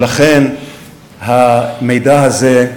ולכן המידע הזה,